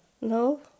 No